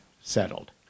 settled